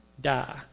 die